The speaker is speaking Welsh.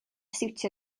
siwtio